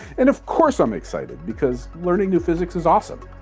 and of course i'm excited, because learning new physics is awesome.